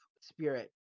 spirit